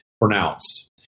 pronounced